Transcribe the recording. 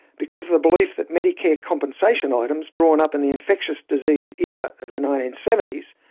because of the belief that medicare compensation items, drawn up in the infectious disease era of the nineteen seventy s,